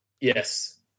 Yes